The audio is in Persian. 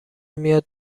میاد